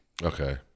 Okay